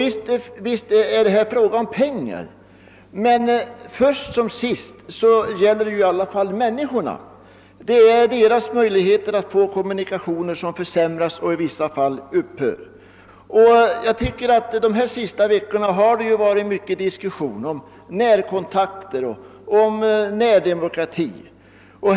Visst är det här fråga om pengar, men först som sist gäller det i alla fall människorna. Det är deras möjligheter att få kommunikationer som försämras och i vissa fall upphör. De senaste veckorna har det förts mycken diskussion om närkontakter och närdemokrati.